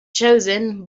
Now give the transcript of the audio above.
chosen